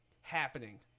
happening